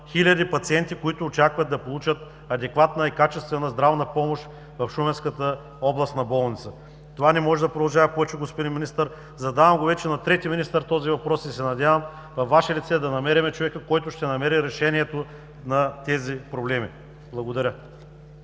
хиляди пациенти, които очакват да получат адекватна и качествена здравна помощ в шуменската областна болница. Това не може да продължава повече, господин Министър! Задавам вече на трети министър този въпрос и се надявам във Ваше лице да намерим човека, който ще намери решението на тези проблеми. Благодаря.